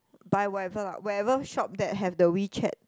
buy whatever lah whatever shop that have the WeChat